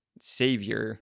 savior